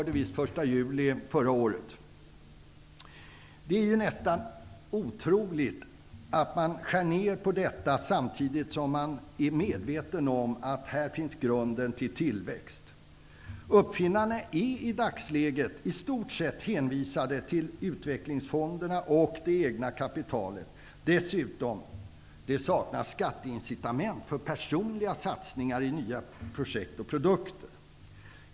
Det är nästan otroligt att man skär ned detta anslag, samtidigt som man är medveten om att här finns grunden till tillväxt. Uppfinnarna är i dagsläget i stort sett hänvisade till Utvecklingsfonden och det egna kapitalet. Det saknas dessutom skatteincitament för personliga satsningar i nya projekt och produkter.